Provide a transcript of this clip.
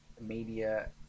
media